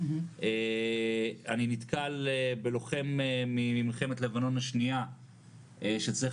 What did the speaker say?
אני נתקל בלוחם ממלחמת לבנון השנייה שצריך